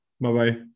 Bye-bye